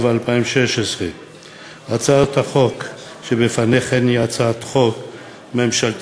התשע"ו 2016. הצעת החוק שלפניכם היא הצעת חוק ממשלתית,